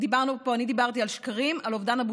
חבר הכנסת זוהר אמר דברים לא מזמן בוועדה,